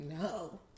No